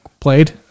played